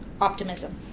optimism